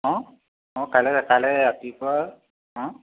অঁ অঁ কাইলৈ কাইলৈ ৰাতিপুৱা অঁ